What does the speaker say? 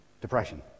depression